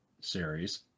series